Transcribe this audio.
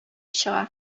чыга